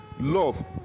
love